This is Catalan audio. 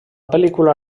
pel·lícula